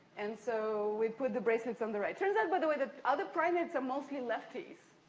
and, so, we put the bracelets on the right. turns out, by the way, that other primates are mostly lefties.